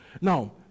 Now